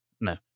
No